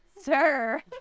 sir